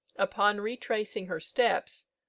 upon retracing her steps,